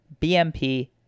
BMP